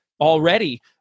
already